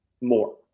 more